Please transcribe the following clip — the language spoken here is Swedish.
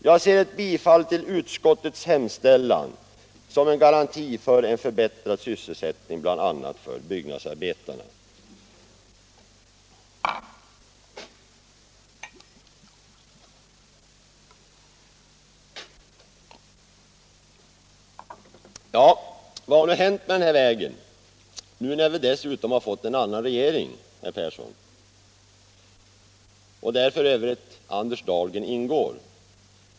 Jag ser ett bifall till utskottets hemställan som en garanti för en förbättrad sysselsättning, bl.a. för byggnadsarbetarna.” Vad har hänt med den här vägen nu, herr Persson i Heden, när vi dessutom har fått en annan regering, där f.ö. Anders Dahlgren ingår?